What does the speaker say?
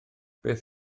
beth